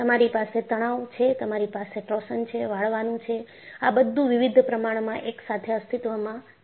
તમારી પાસે તણાવ છે તમારી પાસે ટોર્શન છે વાળવાનું છે આ બધું વિવિધ પ્રમાણમાં એકસાથે અસ્તિત્વમાં છે